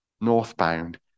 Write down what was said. northbound